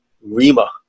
Rima